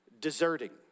deserting